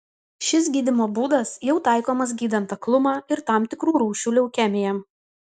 šis gydymo būdas jau taikomas gydant aklumą ir tam tikrų rūšių leukemiją